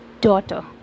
daughter